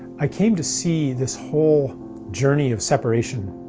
i came to see this whole journey of separation